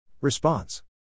Response